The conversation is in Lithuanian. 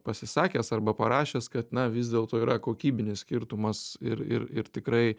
pasisakęs arba parašęs kad na vis dėlto yra kokybinis skirtumas ir ir ir tikrai